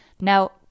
Now